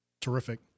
Terrific